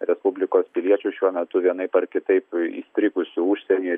respublikos piliečių šiuo metu vienaip ar kitaip įstrigusių užsienyje